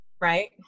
Right